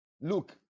Look